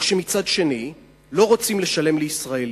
או שמצד שני לא רוצים לשלם לישראלים,